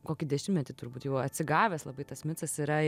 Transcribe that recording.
kokį dešimtmetį turbūt jau atsigavęs labai tas micas yra